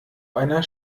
einer